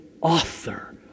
author